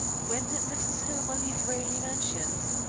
when did mrs. hillmer leave raleigh mansions?